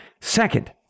Second